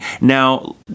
Now